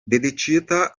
dediĉita